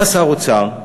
בא שר האוצר,